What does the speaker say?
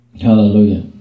Hallelujah